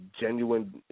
genuine